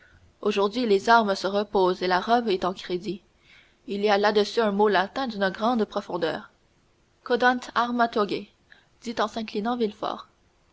aujourd'hui les armes se reposent et la robe est en crédit il y a là-dessus un mot latin d'une grande profondeur cedant arma togae dit en s'inclinant